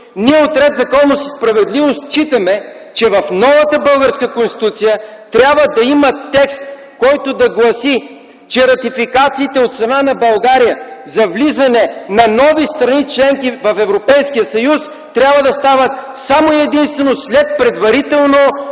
Ние от „Ред, законност и справедливост” считаме, че в новата българска Конституция трябва да има текст, който да гласи, че ратификациите от страна на България за влизане на нови страни членки в Европейския съюз трябва да стават само и единствено след предварително